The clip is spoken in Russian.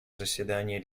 заседание